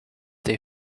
they